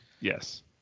yes